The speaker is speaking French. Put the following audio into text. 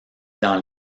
dans